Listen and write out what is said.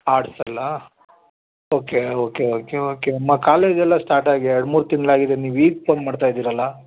ಆರ್ಟ್ಸಲ್ಲಾ okay okay okay okay ಅಮ್ಮ ಕಾಲೇಜೆಲ್ಲ ಸ್ಟಾರ್ಟಾಗಿ ಎರಡು ಮೂರು ತಿಂಗಳಾಗಿದೆ ನೀವೀಗ ಫೋನ್ ಮಾಡ್ತಾ ಇದ್ದೀರಲ್ಲಾ